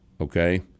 okay